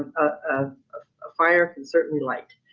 ah ah a fire can certainly light.